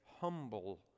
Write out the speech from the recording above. humble